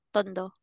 Tondo